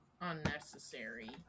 unnecessary